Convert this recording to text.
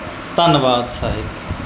ਧੰਨਵਾਦ ਸਹਿਤ